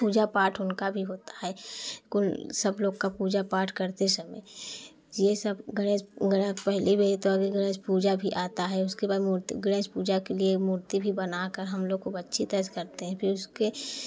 पूजा पाठ उनका भी होता है उन सब लोग का पूजा पाठ करते समय ये सब गणेश गणेश पूजा भी आता है उसके बाद मूर्ति गणेश पूजा के लिए मूर्ति भी बना कर हम लोग को खूब अच्छी तरह से करते हैं फिर उसके